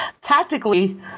tactically